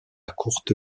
courte